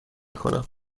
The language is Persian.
کنم